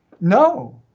no